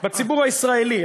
בציבור הישראלי,